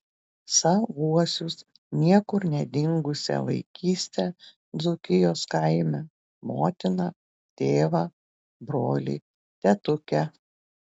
savuosius niekur nedingusią vaikystę dzūkijos kaime motiną tėvą brolį tetukę